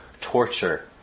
torture